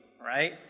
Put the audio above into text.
right